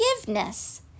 forgiveness